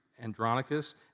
Andronicus